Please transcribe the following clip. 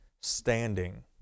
standing